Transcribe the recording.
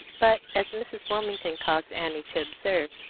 but, as mrs. wilmington caused annie to observe,